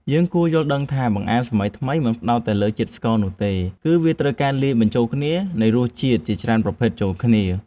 យើងគួរយល់ដឹងថាបង្អែមសម័យថ្មីមិនផ្ដោតតែលើជាតិស្ករនោះទេ គឺវាត្រូវការការលាយបញ្ចូលគ្នានៃរសជាតិជាច្រើនប្រភេទចូលគ្នា។